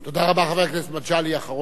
חבר הכנסת מגלי, אחרון הדוברים.